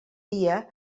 dia